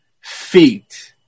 Feet